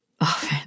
often